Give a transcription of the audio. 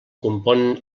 componen